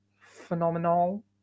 phenomenal